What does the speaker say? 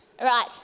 Right